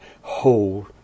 hold